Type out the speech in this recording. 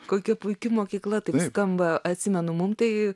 kokia puiki mokykla taip skamba atsimenu mum tai